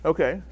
Okay